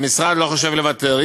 המשרד לא חושב לוותר.